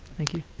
thank you.